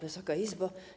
Wysoka Izbo!